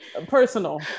personal